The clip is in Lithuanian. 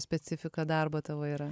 specifika darbo tavo yra